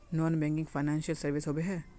Non banking financial services होबे है?